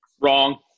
Wrong